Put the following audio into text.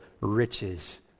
riches